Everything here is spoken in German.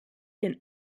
den